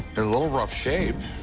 a little rough shape.